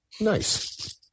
Nice